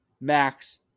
Max